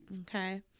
Okay